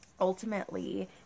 ultimately